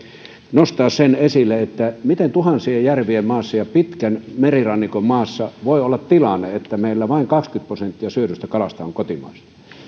nostaa esille sen että miten tuhansien järvien maassa ja pitkän merirannikon maassa voi olla tilanne että meillä vain kaksikymmentä prosenttia syödystä kalasta on kotimaista